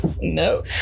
No